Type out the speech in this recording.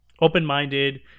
open-minded